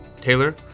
Taylor